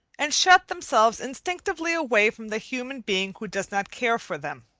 and shut themselves instinctively away from the human being who does not care for them.